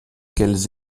qu’elles